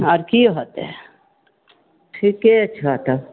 आर की होतै ठीके छौ तब